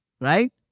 Right